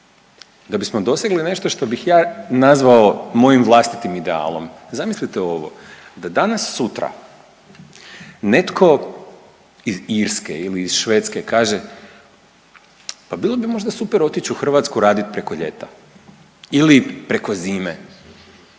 da bismo dosegli nešto što bih ja nazvao mojim vlastitim idealom. Zamislite ovo da danas sutra netko iz Irske ili iz Švedske kaže pa bilo bi možda super otić u Hrvatsku radit preko ljeta ili preko zime